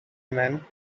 men